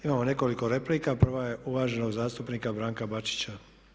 Imamo nekoliko replika, prva je uvaženog zastupnika Branka Bačića.